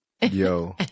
yo